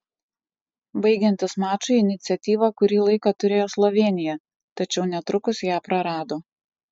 baigiantis mačui iniciatyvą kuri laiką turėjo slovėnija tačiau netrukus ją prarado